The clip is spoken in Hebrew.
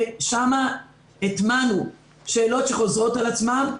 שבה הטמנו שאלות שחוזרות על עצמן.